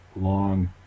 long